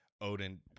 Odin